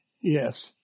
Yes